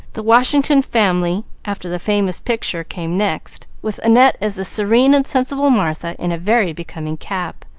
the washington family, after the famous picture, came next, with annette as the serene and sensible martha, in a very becoming cap.